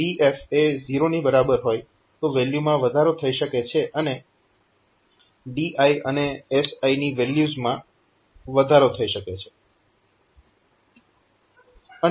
જો DF એ 0 ની બરાબર હોય તો વેલ્યુમાં વધારો થઈ શકે છે DI અને SI ની વેલ્યુઝમાં વધારો થઈ શકે છે